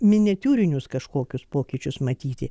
miniatiūrinius kažkokius pokyčius matyti